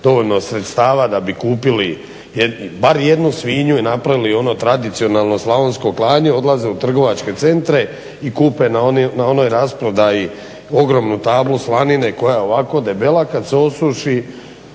dovoljno sredstava da bi kupili bar jednu svinju i napravili ono tradicionalno slavonsko klanje odlaze u trgovačke centre i kupe na onoj rasprodaji ogromnu tablu slanine koja je ovako debela. Kad se osuši